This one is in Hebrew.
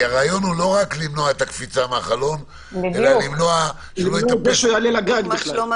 כי הרעיון הוא לא רק למנוע את הקפיצה מהחלון אלא שלא יעלה על הגג.